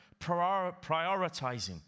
Prioritizing